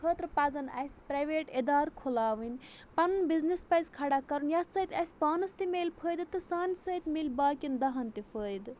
خٲطرٕ پَزَن اَسہِ پرٛیویٹ اِدار کھُلاوٕنۍ پَنُن بِزنِس پَزِ کھڑا کَرُن یَتھ سۭتۍ اَسہِ پانَس تہِ مِلہِ فٲیدٕ تہٕ سانہِ سۭتۍ مِلہِ باقیَن دَہَن تہِ فٲیدٕ